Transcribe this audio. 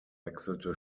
wechselte